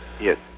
Yes